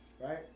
Right